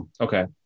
Okay